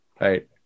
right